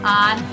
on